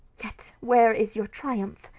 yet where is your triumph?